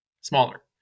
smaller